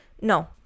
No